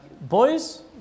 Boys